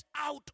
out